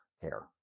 care